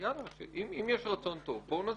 ואם יש רצון טוב, בואו נזוז.